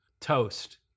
toast